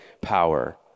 power